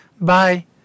Bye